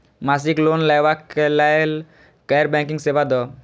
मासिक लोन लैवा कै लैल गैर बैंकिंग सेवा द?